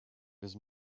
his